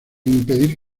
impedir